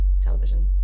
television